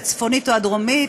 הצפונית או הדרומית,